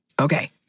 Okay